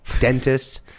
Dentist